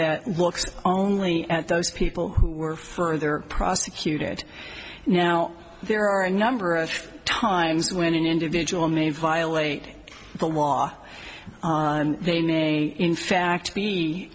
that looks only at those people who were further prosecuted now there are a number of times when an individual may violate the law they may in fact t